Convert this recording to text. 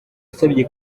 yasabye